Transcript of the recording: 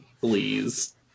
please